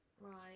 Right